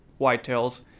whitetails